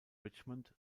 richmond